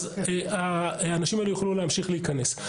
אז האנשים האלה יוכלו להמשיך להיכנס.